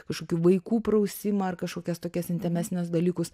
kažkokį vaikų prausimą ar kažkokias tokias intymesnius dalykus